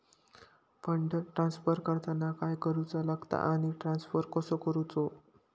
Fund transfer करताना काय करुचा लगता आनी ट्रान्स्फर कसो करूचो?